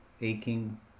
aching